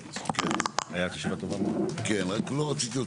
הישיבה ננעלה בשעה 11:34.